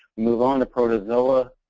move on to protozoa,